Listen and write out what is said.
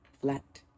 Flat